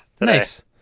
Nice